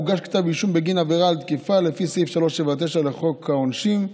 הוגש כתב אישום בגין עבירה של תקיפה לפי סעיף 379 לחוק העונשין,